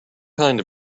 kind